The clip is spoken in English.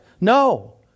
No